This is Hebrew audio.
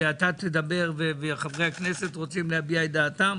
אתה תדבר וחברי הכנסת רוצים להביע את דעתם,